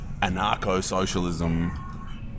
anarcho-socialism